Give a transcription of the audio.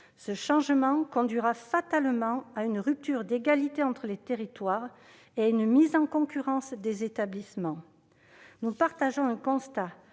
tel changement conduira fatalement à une rupture d'égalité entre les territoires et à une mise en concurrence des établissements. Nous partageons un constat